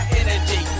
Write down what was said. energy